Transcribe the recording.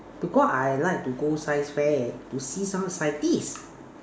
because I like to go science fair to see some scientist